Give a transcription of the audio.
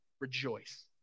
rejoice